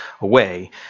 away